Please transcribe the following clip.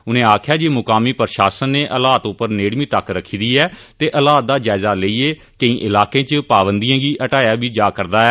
उनें आखेआ जे मुकामी प्रशासन नै हालात उप्पर नेड़मी तक्क रक्खी दी ऐ ते हालात दा जायजा लेइयै केई इलाकें च पाबंदियें गी घटाया बी जा'रदा ऐ